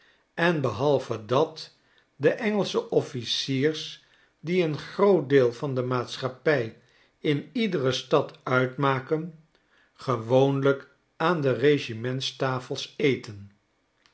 en behalve dat de engelsche officiers die een groot deel van de maatschappij in iedere stad uitmaken gewoonlijk aan de regimentstafels eten